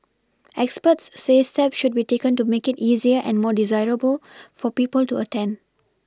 experts say steps should be taken to make it easier and more desirable for people to attend